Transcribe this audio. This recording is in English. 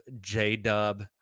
J-Dub